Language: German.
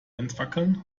entwackeln